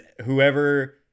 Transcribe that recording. whoever